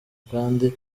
kandi